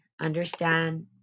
understand